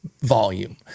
volume